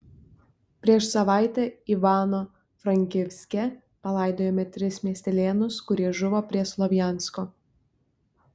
prieš savaitę ivano frankivske palaidojome tris miestelėnus kurie žuvo prie slovjansko